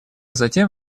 затем